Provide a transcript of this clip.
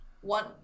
one